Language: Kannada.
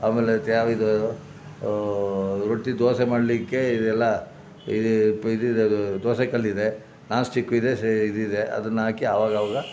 ಆಮೇಲೆ ಮತ್ಯಾವಿದು ರೊಟ್ಟಿ ದೋಸೆ ಮಾಡಲಿಕ್ಕೆ ಇದೆಲ್ಲ ಇದು ಇದ್ದಿದದು ದೋಸೆ ಕಲ್ಲಿದೆ ನಾನ್ಸ್ಟಿಕ್ಕು ಇದೆ ಸೇ ಇದಿದೆ ಅದನ್ನು ಹಾಕಿ ಆವಾಗಾವಾಗ